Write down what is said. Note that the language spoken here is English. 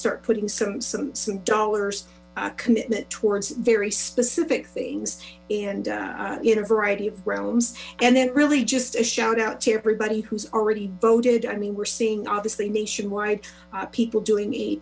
start putting some some some dollars commitment towards very specific things and in a variety of realms and then really just a shout out to everybody who's already voted i mean we're seeing obviously nationwide people doing a